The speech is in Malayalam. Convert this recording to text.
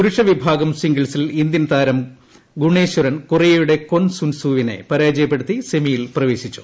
പുരുഷവിഭാഗം സിംഗിൾസിൽ ഇന്ത്യൻതാരം ഗുണേശ്വരൻ കൊറിയയുടെ ക്വൻ സൂൻവൂവിനെ പരാജയപ്പെടുത്തി സെമിയിൽ പ്രവേശിപ്പിച്ചു